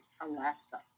Alaska